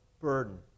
burden